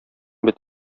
бит